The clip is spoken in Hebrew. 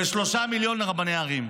ו-3 מיליון לרבני ערים.